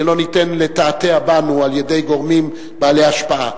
שלא ניתן לתעתע בנו על-ידי גורמים בעלי השפעה.